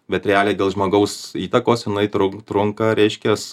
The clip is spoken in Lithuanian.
bet realiai dėl žmogaus įtakos jinai trun trunka reiškias